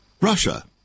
Russia